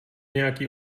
nějaký